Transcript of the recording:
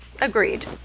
agreed